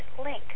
link